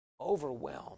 overwhelmed